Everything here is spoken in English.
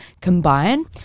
combine